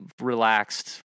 relaxed